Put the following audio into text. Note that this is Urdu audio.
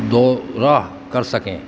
دورہ کر سکیں